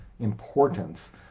importance